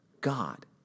God